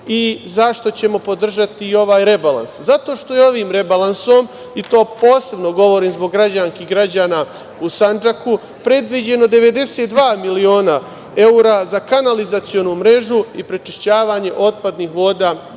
Zašto ćemo podržati i ovaj rebalans? Zato što je ovim rebalansom, to posebno govorim zbog građanki i građana u Sandžaku, predviđeno 92 miliona evra za kanalizacionu mrežu i prečišćavanje otpadnih voda samo